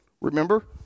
Remember